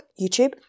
YouTube